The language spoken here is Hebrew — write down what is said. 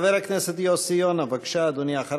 חבר הכנסת יוסי יונה, בבקשה, אדוני.